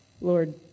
Lord